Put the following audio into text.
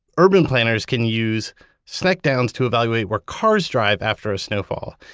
urban planners can use sneckdowns to evaluate where cars drive after a snowfall.